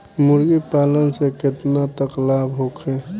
मुर्गी पालन से केतना तक लाभ होखे?